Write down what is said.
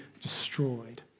destroyed